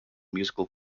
musical